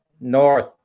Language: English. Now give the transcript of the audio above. north